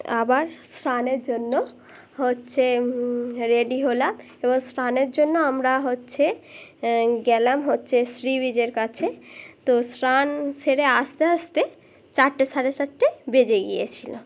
আবার স্নানের জন্য হচ্ছে রেডি হলাম এবং স্নানের জন্য আমরা হচ্ছে গেলাম হচ্ছে সি বিচের কাছে তো স্নান সেরে আস্তে আস্তে চারটে সাড়ে চারটে বেজে গিয়েছিলো